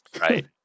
Right